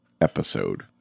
episode